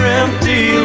empty